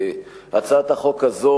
אנחנו ממשיכים בסדר-היום: הצעת חוק הבחירות